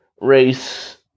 race